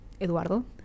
Eduardo